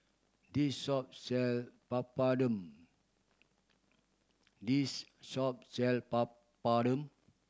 this shop sell Papadum this shop sell Papadum